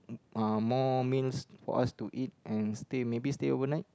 uh more meals for us to eat and stay maybe stay overnight